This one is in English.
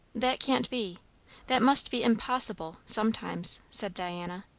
that can't be that must be impossible, sometimes, said diana.